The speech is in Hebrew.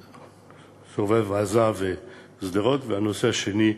של סובב-עזה ושדרות, והנושא השני,